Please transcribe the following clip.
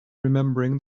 remembering